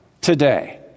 today